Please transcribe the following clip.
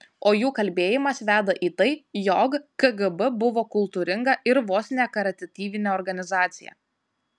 o jų kalbėjimas veda į tai jog kgb buvo kultūringa ir vos ne karitatyvinė organizacija